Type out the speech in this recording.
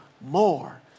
more